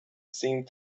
seemed